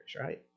right